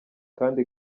kandi